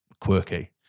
quirky